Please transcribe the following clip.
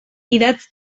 idatz